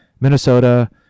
Minnesota